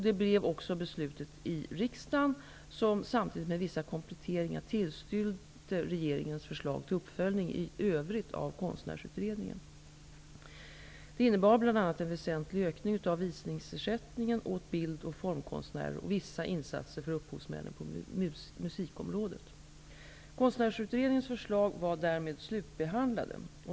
Detta blev också beslutet i riksdagen, som samtidigt -- med vissa kompletteringar -- tillstyrkte regeringens förslag till uppföljning i övrigt av Konstnärsutredningen. Det innebar bl.a. en väsentlig ökning av visningsersättningen åt bildoch formkonstnärer och vissa insatser för upphovsmännen på musikområdet. Konstnärsutredningens förslag var därmed slutbehandlade.